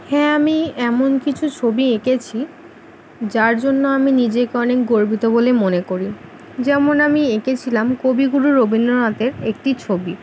হ্যাঁ আমি এমন কিছু ছবি এঁকেছি যার জন্য আমি নিজেকে অনেক গর্বিত বলে মনে করি যেমন আমি এঁকেছিলাম কবিগুরু রবীন্দ্রনাথের একটি ছবি